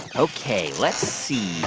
ok, let's see.